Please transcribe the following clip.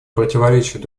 противоречат